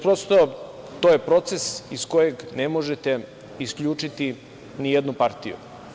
Prosto, to je proces iz kojeg ne možete isključiti nijednu partiju.